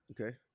Okay